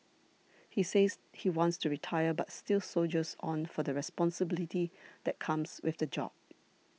he says he wants to retire but still soldiers on for the responsibility that comes with the job